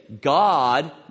God